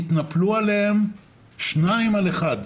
תתנפלו עליהם, שניים על אחד,